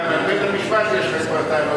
גם על בית-המשפט כבר יש לך טענות.